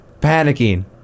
panicking